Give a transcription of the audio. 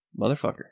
Motherfucker